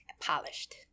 Polished